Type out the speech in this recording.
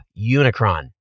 Unicron